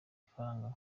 ifaranga